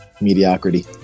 Mediocrity